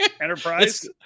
Enterprise